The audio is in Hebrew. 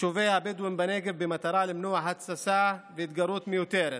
יישובי הבדואים בנגב במטרה למנוע התססה והתגרות מיותרות.